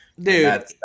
Dude